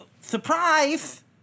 surprise